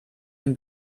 dem